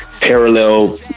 parallel